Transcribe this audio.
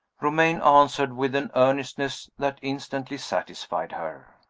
romayne answered with an earnestness that instantly satisfied her.